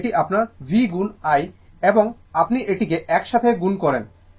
সুতরাং এটি আপনার v গুণ i এবং আপনি এটিকে একসাথে গুণ করেন